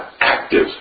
active